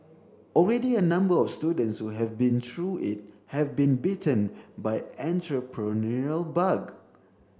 already a number of students who have been through it have been bitten by entrepreneurial bug